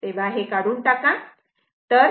तेव्हा हे काढून टाका